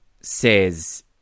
says